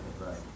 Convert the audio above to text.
right